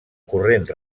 corrent